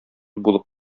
булып